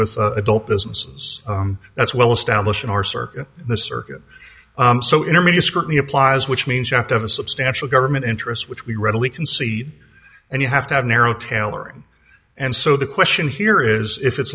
with adult businesses that's well established in our circuit the circuit so intermediate scrutiny applies which means you have to have a substantial government interest which we readily concede and you have to have narrow tailoring and so the question here is if it's